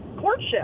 courtship